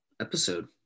episode